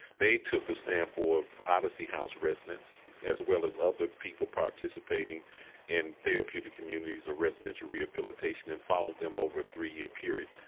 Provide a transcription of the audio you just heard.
they took a sample of odyssey house residents as well as other people participating in therapeutic communities or residential rehabilitation and followed them over a three-year period.